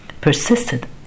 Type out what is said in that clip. persisted